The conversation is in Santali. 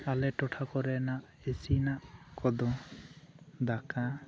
ᱟᱞᱮ ᱴᱚᱴᱷᱟ ᱠᱚᱨᱮᱱᱟᱜ ᱤᱥᱤᱱᱟᱜ ᱠᱚᱫᱚ ᱫᱟᱠᱟ